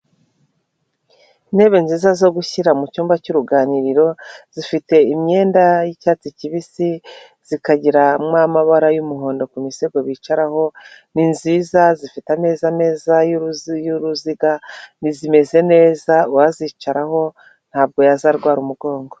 Intebe nziza zo gushyira mu cyumba cy'uruganiriro zifite imyenda y'icyatsi kibisi zikagiramo amabara y'umuhondo ku misego bicaraho nizi zifite ameza meza y'uruziga ntizimeze neza uwazicaraho ntabwo yazarwara umugongo.